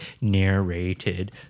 narrated